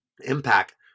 impact